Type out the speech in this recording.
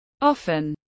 Often